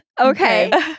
Okay